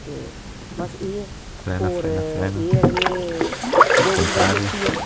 ते बस इ'यै होर एह् ऐ कि डोगरी बड़ी अच्छी ऐ